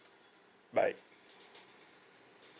bye